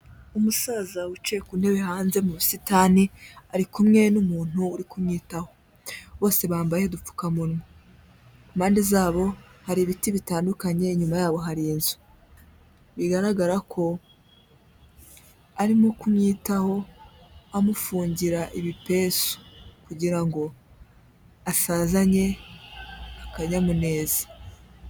Umusaza wicaye ku ntebe hanze mu busitani, ari kumwe n'umuntu uri kumwitaho, bose bambaye udupfukamunwa, impande zabo hari ibiti bitandukanye, inyuma yabo hari inzu, bigaragare ko arimo kumwitaho amufungira ibipesu kugira ngo asazanye akanyamuneza.